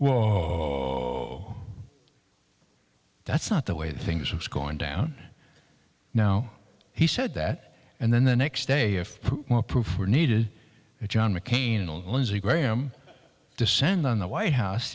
well that's not the way things are going down now he said that and then the next day if more proof were needed it john mccain and lindsey graham descend on the white house